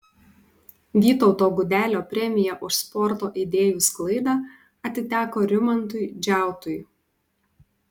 vytauto gudelio premija už sporto idėjų sklaidą atiteko rimantui džiautui